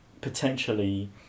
potentially